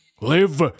Live